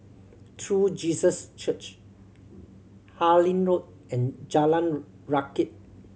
True Jesus Church Harlyn Road and Jalan Rakit